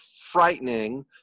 frightening